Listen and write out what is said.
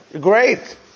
Great